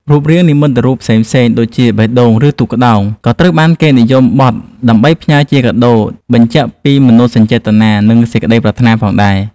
រូបរាងនិមិត្តរូបផ្សេងៗដូចជា បេះដូង ឬទូកក្ដោង ក៏ត្រូវបានគេនិយមបត់ដើម្បីផ្ញើជាកាដូបញ្ជាក់ពីមនោសញ្ចេតនា និងសេចក្ដីប្រាថ្នាផងដែរ។